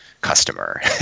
customer